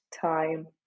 time